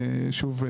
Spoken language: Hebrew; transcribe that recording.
ושוב,